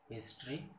History